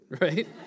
right